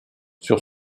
sur